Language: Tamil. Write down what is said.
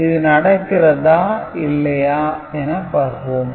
இது நடக்கிறதா இல்லையா என பார்ப்போம்